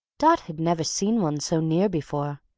dot had never seen one so near before,